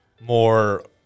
more